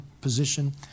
position